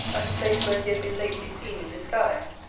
at a place where he had been lately seen in disguise.